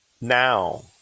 now